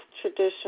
tradition